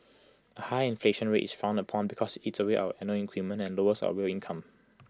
A high inflation rate is frowned upon because IT eats away our annual increment and lowers our real income